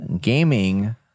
gaming